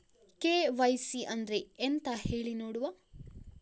KYC ಅಂದ್ರೆ ಎಂತ ಹೇಳಿ ನೋಡುವ?